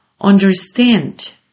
understand